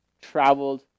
traveled